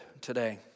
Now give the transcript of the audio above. today